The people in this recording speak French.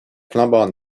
flambant